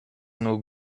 nur